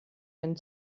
denn